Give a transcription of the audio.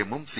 എമ്മും സി